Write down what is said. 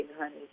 honey